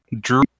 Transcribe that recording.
Drew